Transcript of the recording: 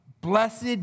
Blessed